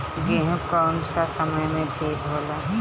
गेहू कौना समय मे ठिक होला?